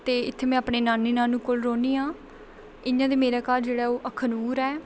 ते इत्थै में अपने नानी नानू कोल रौह्न्नी आं इ'यां ते मेरा घर जेह्ड़ा ओह् अखनूर ऐ